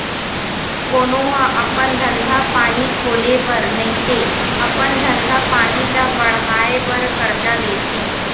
कोनो ह अपन धंधा पानी खोले बर नइते अपन धंधा पानी ल बड़हाय बर करजा लेथे